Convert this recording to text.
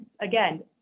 again